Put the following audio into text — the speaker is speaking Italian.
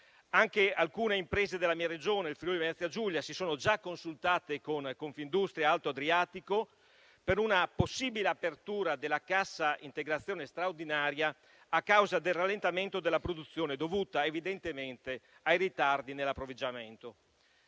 Anche alcune imprese della mia Regione, il Friuli-Venezia Giulia, si sono già consultate con Confindustria Alto Adriatico per una possibile apertura della cassa integrazione straordinaria a causa del rallentamento della produzione dovuta evidentemente ai ritardi nell'approvvigionamento.